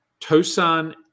Tosan